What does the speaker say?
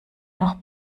noch